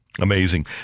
Amazing